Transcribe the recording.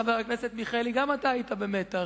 חבר הכנסת מיכאלי, גם אתה היית במתח.